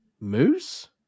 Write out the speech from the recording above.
Moose